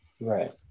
right